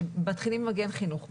מתחילים עם מגן חינוך.